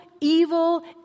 evil